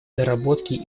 доработки